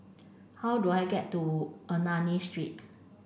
how do I get to Ernani Street